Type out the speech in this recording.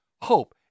hope